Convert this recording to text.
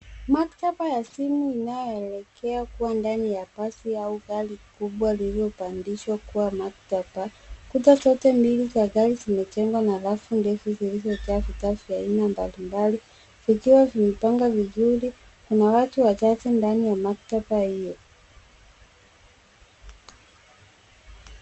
Maktaba ya simu inayoelekea kuwa ndani ya basi au gari kubwa lililopandishwa kuwa maktaba. Kuta zote mbili za gari zimejengwa na rafu ndefu zilizojaa vitabu vya aina mbalimbali vikiwa vimepangwa vizuri. Kuna watu wachache ndani ya maktaba hio.